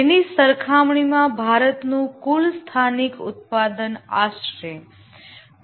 જેની સરખામણી માં ભારતનું કુલ સ્થાનિક ઉત્પાદન આશરે 2